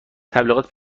تبلیغات